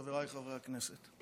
חבריי חברי הכנסת,